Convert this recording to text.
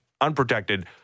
unprotected